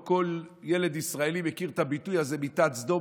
כל ילד ישראלי מכיר את הביטוי "מיטת סדום".